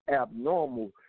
abnormal